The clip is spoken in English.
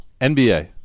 NBA